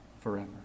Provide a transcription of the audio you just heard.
forever